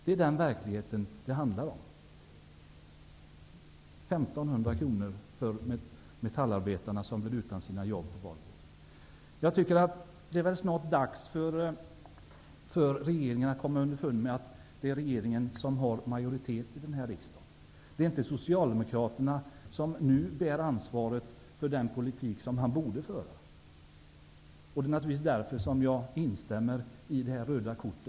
Det är den verkligheten det handlar om: 1 500 kronor för de metallarbetare som blir utan sina jobb på Volvo. Det är väl snart dags för regeringen att komma underfund med att det är den som har majoritet i riksdagen. Det är inte Socialdemokraterna, som nu bär ansvaret för att regeringen inte för den politik som den borde föra. Det är därför jag håller med om att man bör visa rött kort.